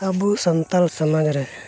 ᱟᱵᱚ ᱥᱟᱱᱛᱟᱲ ᱥᱚᱢᱟᱡᱽ ᱨᱮ